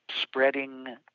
spreading